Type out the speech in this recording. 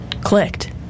clicked